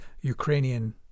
Ukrainian